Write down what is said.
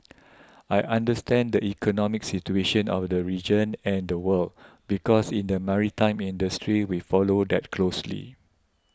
I understand the economic situation of the region and the world because in the maritime industry we follow that closely